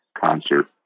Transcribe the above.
concert